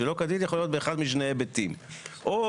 עלתה איזושהי הצעה שנציין באותו אישור